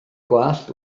gwallt